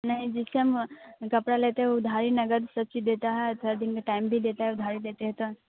नहीं जिससे हम कपड़ा लेते है उधारी नगद सब चीज़ देता है थोड़ा दिन का टाइम भी देता है उधारी देते हैं तो